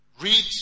Read